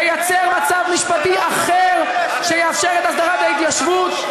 לייצר מצב משפטי אחר שיאפשר את הסדרת ההתיישבות.